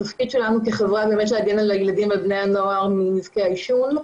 זה התפקיד שלנו כחברה להגן על הילדים ועל בני הנוער מנזקי העישון.